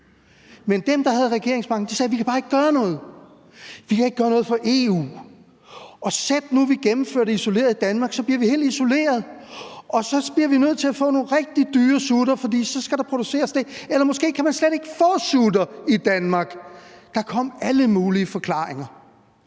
Men dem, der havde regeringsmagten, sagde: Vi kan bare ikke gøre noget, vi kan ikke gøre noget på grund af EU, og sæt nu, at vi gennemfører det isoleret i Danmark; så bliver vi helt isoleret, og så bliver vi nødt til at få nogle rigtig dyre sutter, for så skal de produceres, eller måske kan man slet ikke få sutter i Danmark. Der kom alle mulige forklaringer.